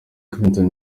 clinton